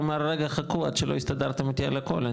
ואומר רגע חכו עד שלא תסתדרו איתי על הכל,